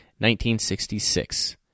1966